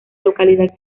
localidad